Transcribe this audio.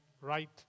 right